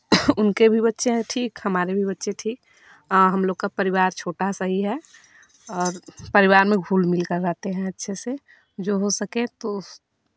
उनके भी बच्चे हैं ठीक हमारे भी बच्चे ठीक हम लोगों का परिवार छोटा सा ही है और परिवार में घुल मिल कर रहते हैं अच्छे से जो हो सके तो